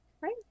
right